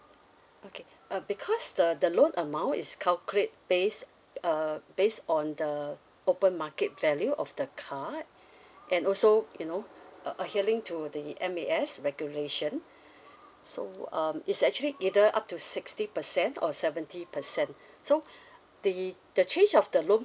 okay uh because the the loan amount is calculate based uh based on the open market value of the car and also you know uh a healing to the M_A_S regulation so um it's actually either up to sixty percent or seventy percent so the the change of the loan